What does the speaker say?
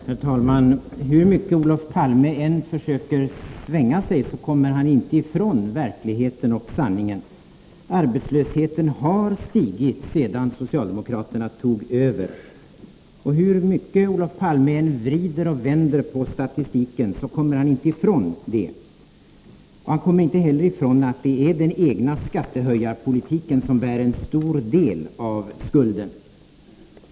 Herr talman! Hur mycket Olof Palme än försöker svänga sig kommer han inte ifrån verkligheten och sanningen. Arbetslösheten har stigit sedan socialdemokraterna tog över. Och hur mycket Olof Palme än vrider och vänder på statistiken kommer han inte ifrån det. Han kommer inte heller ifrån att det är den egna skattehöjarpolitiken som bär en stor del av skulden.